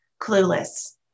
clueless